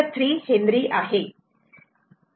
3 Henry आहे